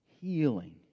Healing